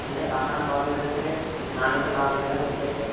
అంటే ఆహారం బాగాలేదంటే నాణ్యత బాగాలేదా లేకపోతే